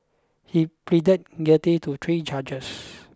he pleaded guilty to three charges